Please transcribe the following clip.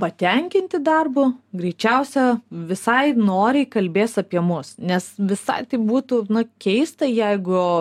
patenkinti darbu greičiausia visai noriai kalbės apie mus nes visai tai būtų keista jeigu